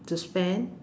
to spend